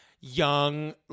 Young